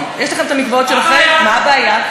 מה הבעיה?